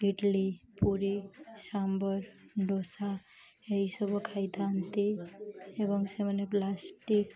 ଇଟିଲି ପୁରୀ ସାମ୍ବର୍ ଦୋସା ଏସବୁ ଖାଇଥାନ୍ତି ଏବଂ ସେମାନେ ପ୍ଲାଷ୍ଟିକ୍